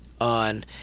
On